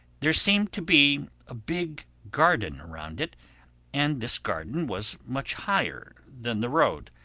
there seemed to be a big garden around it and this garden was much higher than the road,